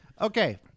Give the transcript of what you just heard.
Okay